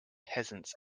peasants